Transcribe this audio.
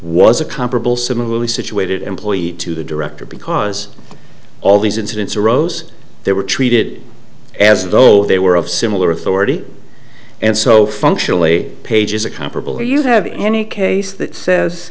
was a comparable similarly situated employee to the director because all these incidents arose they were treated as though they were of similar authority and so functionally pages a comparable you have any case that says